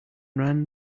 ran